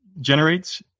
generates